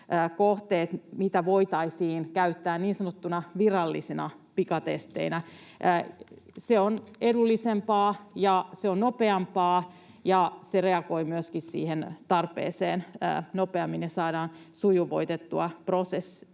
niitä voitaisiin käyttää niin sanottuina virallisina pikatesteinä. Se on edullisempaa, se on nopeampaa, ja se reagoi myöskin siihen tarpeeseen nopeammin, ja saadaan sujuvoitettua prosessia.